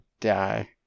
die